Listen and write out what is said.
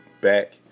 back